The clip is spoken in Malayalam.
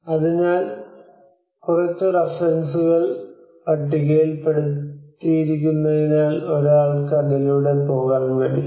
അതിനാൽ കുറച്ച് റഫറൻസുകൾ പട്ടികപ്പെടുത്തിയിരിക്കുന്നതിനാൽ ഒരാൾക്ക് അതിലൂടെ പോകാൻ കഴിയും